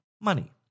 money